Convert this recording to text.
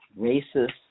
racist